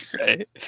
Right